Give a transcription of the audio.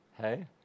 Hey